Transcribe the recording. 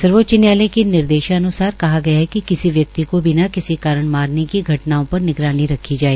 सर्वोच्च न्यायालय के निर्देशान्सार कहा गया है किसी व्यक्ति को बिना किसी कारण मारने की घटनाओं पर निगरानी रखी जाए